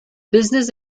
business